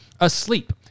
asleep